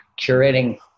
curating